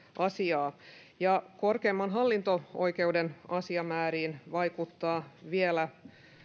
asiaa korkeimman hallinto oikeuden asiamääriin vaikuttaa vielä